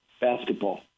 basketball